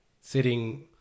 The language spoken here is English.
sitting